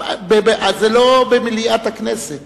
זה לא במליאת הכנסת.